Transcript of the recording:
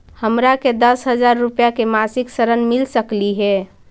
हमरा के दस हजार रुपया के मासिक ऋण मिल सकली हे?